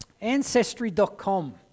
Ancestry.com